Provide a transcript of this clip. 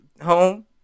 home